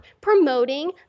promoting